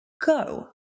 go